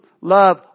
love